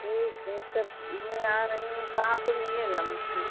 ठीक है तब मैं आ रही हूँ कहाँ पर मिलेगा मछली